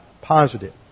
positive